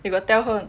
you got tell her